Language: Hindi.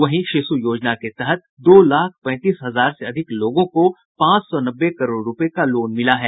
वहीं शिशु योजना के तहत दो लाख पैंतीस हजार से अधिक लोगों को पांच सौ नब्बे करोड़ रूपये का लोन मिला है